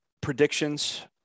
predictions